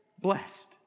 blessed